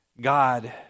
God